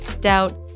doubt